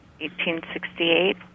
1868